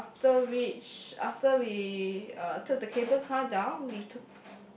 after which after we uh took the cable car down we took